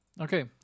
Okay